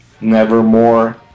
Nevermore